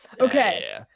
Okay